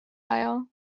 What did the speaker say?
aisle